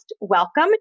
welcome